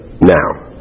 now